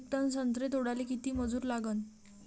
येक टन संत्रे तोडाले किती मजूर लागन?